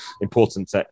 important